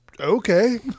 okay